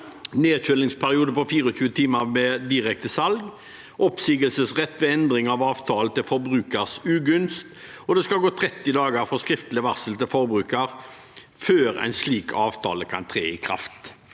nedkjølingsperiode på 24 timer ved direkte salg, oppsigelsesrett ved endring av avtale til forbrukers ugunst, og at det skal gå 30 dager fra skriftlig varsel til forbruker før en slik avtale kan tre i kraft.